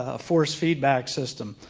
ah forced feedback system.